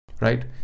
Right